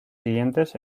siguientes